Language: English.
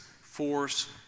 force